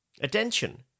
Attention